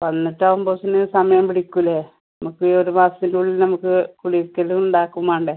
വന്നിട്ടാവുമ്പം അതിന് സമയം പിടിക്കില്ലേ നമുക്ക് ഈ ഒരു മാസത്തിൻ്റെ ഉള്ളിൽ നമുക്ക് കുടിയിരിക്കൽ ഉണ്ടാക്കും വേണ്ടേ